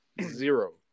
zero